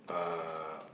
uh